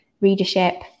readership